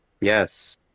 Yes